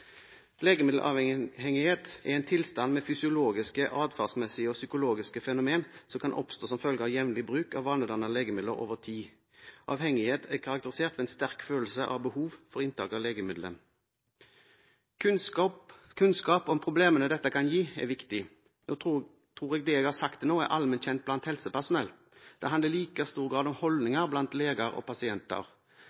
Legemiddelavhengighet er en tilstand med fysiologiske, atferdsmessige og psykologiske fenomener som kan oppstå som følge av jevnlig bruk av vanedannende legemidler over tid. Avhengighet er karakterisert ved en sterk følelse av behov for inntak av legemiddelet. Kunnskap om problemene dette kan gi, er viktig. Nå tror jeg det jeg har sagt til nå, er allment kjent blant helsepersonell; det handler i like stor grad om